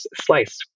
slice